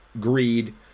greed